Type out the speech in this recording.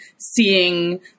seeing